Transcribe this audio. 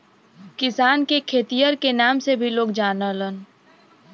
किसान के खेतिहर के नाम से भी लोग जानलन